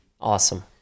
awesome